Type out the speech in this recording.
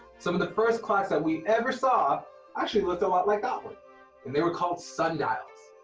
some of the first clocks that we ever saw actually looked a lot like that one. and they were called sundials.